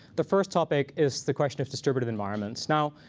the first topic is the question of distributed environments. now,